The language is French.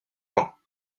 camps